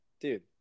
dude